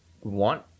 want